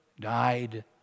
died